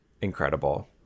Incredible